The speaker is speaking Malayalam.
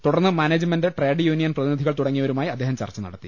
തുടർന്ന് മാനേജ്മെന്റ് ട്രേഡ് യൂണിയൻ പ്രതിനിധികൾ തുടങ്ങിയവരുമായി അദ്ദേഹം ചർച്ച നടത്തി